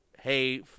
Hey